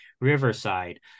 Riverside